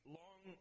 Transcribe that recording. long